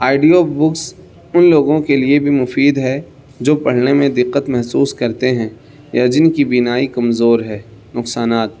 audio books ان لوگوں کے لیے بھی مفید ہے جو پڑھنے میں دقت محسوس کرتے ہیں یا جن کی بینائی کمزور ہے نقصانات